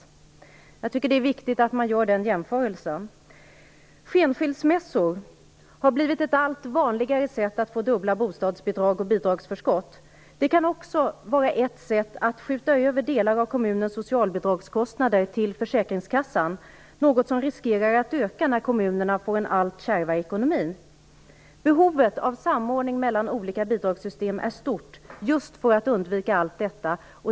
Det är viktigt att man gör den jämförelsen. Skenskilsmässor har blivit ett allt vanligare sätt att få dubbla bostadsbidrag och bidragsförskott. Det kan också vara ett sätt att skjuta över delar av kommunens socialbidragskostnader till Försäkringskassan - något som riskerar att öka när kommunerna får en allt kärvare ekonomi. Behovet av samordning mellan olika bidragssystem är stort just för att undvika allt detta.